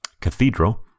cathedral